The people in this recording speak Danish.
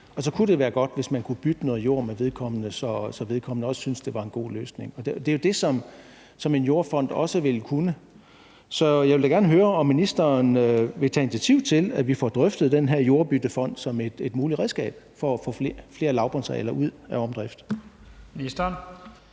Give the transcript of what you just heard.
Så kunne det være godt, hvis man kunne bytte noget jord med vedkommende, så vedkommende også syntes, at det var en god løsning. Det er jo det, som en jordfond også ville kunne. Så jeg vil da gerne høre, om ministeren vil tage initiativ til, at vi får drøftet den her jordbyttefond som et muligt redskab for at få flere lavbundsarealer ud af omdrift.